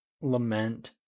lament